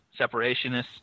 separationists